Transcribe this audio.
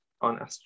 on